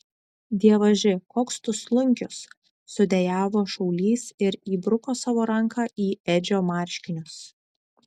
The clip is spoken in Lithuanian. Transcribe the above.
dievaži koks tu slunkius sudejavo šaulys ir įbruko savo ranką į edžio marškinius